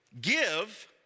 Give